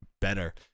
better